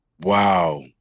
Wow